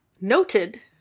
noted